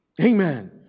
Amen